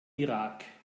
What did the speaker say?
irak